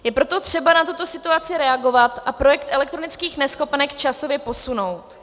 Je proto třeba na tuto situaci reagovat a projekt elektronických neschopenek časově posunout.